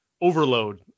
overload